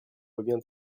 revient